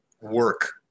work